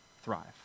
thrive